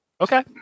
Okay